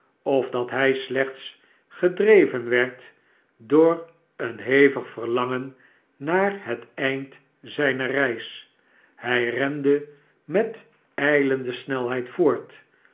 of dat hij slechts gedreven werd door een hevig verlangen naar het eind zijner reis hij rende met ijlende snelheid voort